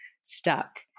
stuck